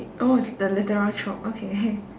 oh the literal chope okay